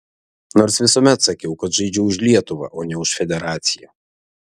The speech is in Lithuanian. nors visuomet sakiau kad žaidžiu už lietuvą o ne už federaciją